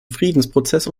friedensprozess